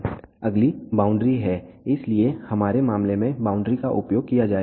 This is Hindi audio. अगली बाउंड्री हैं इसलिए हमारे मामले में बाउंड्री का उपयोग किया जाएगा